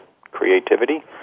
creativity